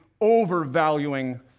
overvaluing